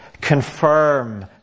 Confirm